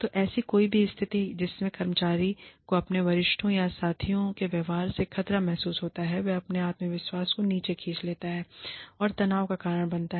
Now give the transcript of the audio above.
तो ऐसी कोई भी स्थिति जिसमें कर्मचारी को अपने वरिष्ठों या साथियों के व्यवहार से खतरा महसूस होता है और वह अपने आत्मविश्वास को नीचे खींच लेता है और तनाव का कारण बनता है